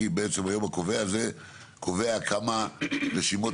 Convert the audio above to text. כי בעצם היום הקובע הזה קובע כמה רשימות